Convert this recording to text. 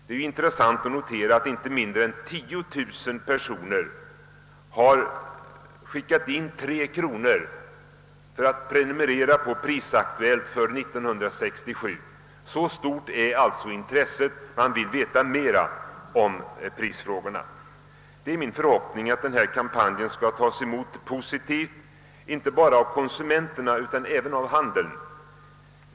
Det är intressant att notera att inte mindre än 10 000 personer har skickat in 3 kronor för att prenumerera på Pris-aktuellt för 1967. Så stort är alltså intresset — man vill veta mer om Pprisfrågorna. Det är min förhoppning att denna kampanj skall tas emot positivt inte bara av konsumenterna utan även av handeln.